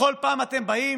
בכל פעם אתם באים